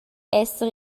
esser